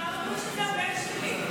כולם אמרו לי שזה הבן שלי.